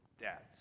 Dad's